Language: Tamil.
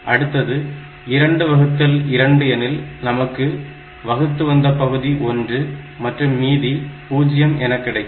அடுத்து 2 வகுத்தல் 2 எனில் நமக்கு வகுத்து வந்த பகுதி 1 மற்றும் மீதி 0 என கிடைக்கும்